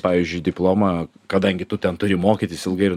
pavyzdžiui diplomą kadangi tu ten turi mokytis ilgai ir